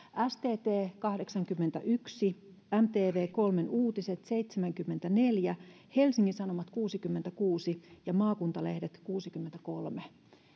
stt kahdeksankymmentäyksi mtv kolmen uutiset seitsemänkymmentäneljä helsingin sanomat kuusikymmentäkuusi ja maakuntalehdet kuusikymmentäkolme